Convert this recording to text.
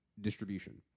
distribution